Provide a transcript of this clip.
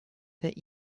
that